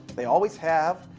they always have.